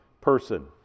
person